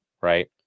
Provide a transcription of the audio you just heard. right